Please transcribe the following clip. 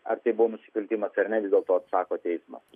ar tai buvo nusikaltimas ar ne vis dėlto atsako teismas